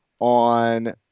on